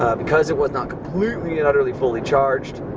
because it was not completely and utterly fully charged,